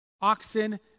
oxen